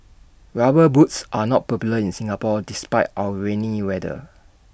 rubber boots are not popular in Singapore despite our rainy weather